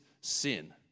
sin